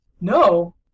No